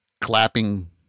clapping